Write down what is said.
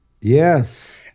Yes